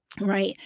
Right